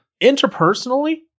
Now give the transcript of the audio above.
interpersonally